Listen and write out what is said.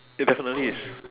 it definitely is